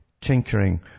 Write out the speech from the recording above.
tinkering